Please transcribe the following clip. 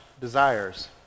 desires